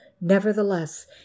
Nevertheless